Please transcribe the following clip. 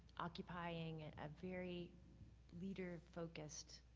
occupying and a very leader-focused